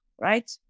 right